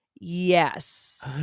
yes